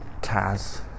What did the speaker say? Taz